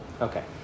Okay